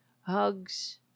Hugs